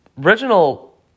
original